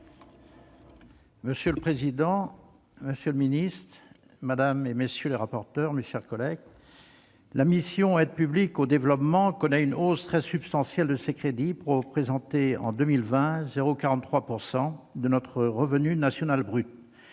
Monsieur le président, monsieur le ministre, madame, messieurs les rapporteurs, mes chers collègues, la mission « Aide publique au développement » connaît une hausse très substantielle de ses crédits, qui représenteront l'année prochaine 0,43 % de notre revenu national brut.